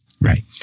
right